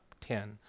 ten